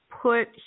put